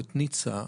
את ניצה,